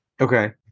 Okay